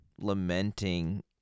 lamenting